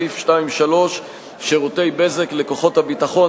סעיף 2(3) שירותי בזק לכוחות הביטחון.